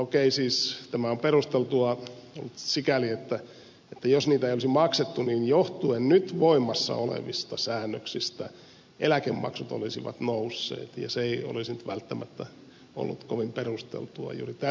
okei siis tämä on perusteltua sikäli että jos niitä ei olisi maksettu niin johtuen nyt voimassa olevista säännöksistä eläkemaksut olisivat nousseet ja se ei olisi ollut välttämättä kovin perusteltua juuri tässä tilanteessa